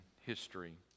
history